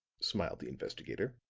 smiled the investigator,